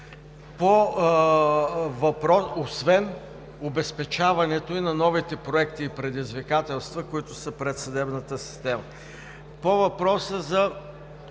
около 10%, освен обезпечаването на новите проекти и предизвикателства, които са пред съдебната система. По въпроса за